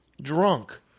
drunk